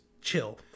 chill